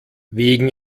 wegen